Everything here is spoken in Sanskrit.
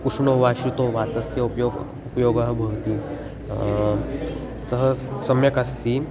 उष्णं वा शीतं वा तस्य उपयोगः उपयोगः भवति सः सम्यक् अस्ति